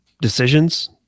decisions